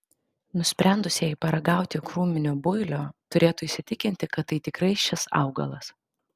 nusprendusieji paragauti krūminio builio turėtų įsitikinti kad tai tikrai šis augalas